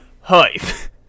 Hype